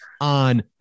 on